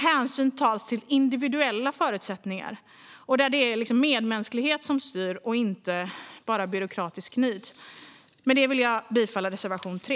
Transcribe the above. Hänsyn ska tas till individuella förutsättningar, och medmänsklighet ska styra i stället för bara byråkratisk nit. Med detta vill jag yrka bifall till reservation 3.